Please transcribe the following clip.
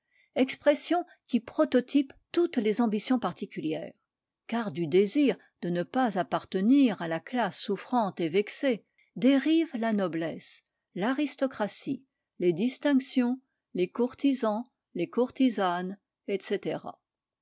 expression qui prototype toutes les ambitions particulières car du désir de ne pas appartenir à la classe souffrante et vexée dérivent la noblesse l'aristocratie les distinctions les courtisans les courtisanes etc